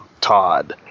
todd